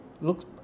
looks